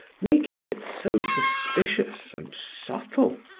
making it so suspicious and subtle.